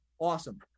awesome